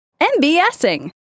MBSing